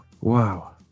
wow